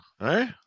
right